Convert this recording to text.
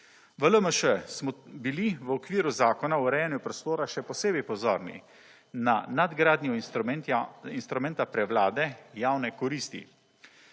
V LMŠ smo bili v okviru Zakona o urejanju prostora še posebej pozorni na nadgradnjo instrumenta prevlade javne koristi.